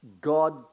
God